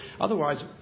otherwise